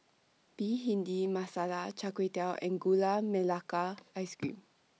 Bhindi Masala Char Kway Teow and Gula Melaka Ice Cream